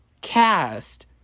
cast